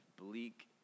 bleak